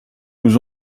nous